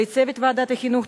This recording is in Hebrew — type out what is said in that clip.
לצוות ועדת החינוך,